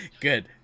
good